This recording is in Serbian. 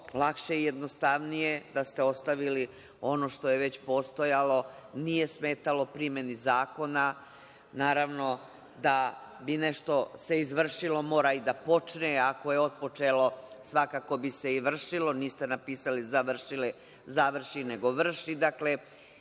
lakše i jednostavnije da ste ostavili ono što je već postojalo, nije smetalo primeni zakona. Naravno, da bi se nešto izvršilo mora i da počne, ako je otpočelo, svakako bi se i vršilo, niste napisali završi, nego vrši.